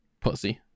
Pussy